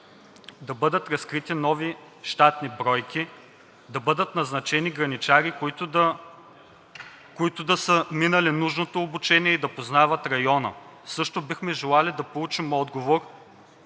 да бъдат разкрити нови щатни бройки, да бъдат назначени граничари, които да са минали нужното обучение и да познават района? Също бихме желали да получим отговор: